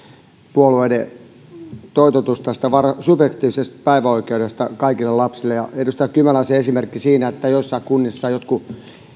puolueiden toitotus subjektiivisesta päivähoito oikeudesta kaikille lapsille edustaja kymäläisen esimerkki siitä että joissain kunnissa jotkut